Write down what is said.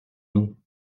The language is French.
nous